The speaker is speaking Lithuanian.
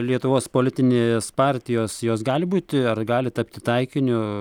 lietuvos politinės partijos jos gali būti ar gali tapti taikiniu